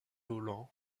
holland